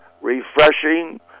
refreshing